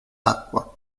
acqua